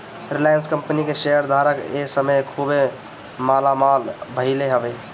Reliance company के share धारक ए समय खुबे मालामाल भईले हवे